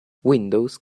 windows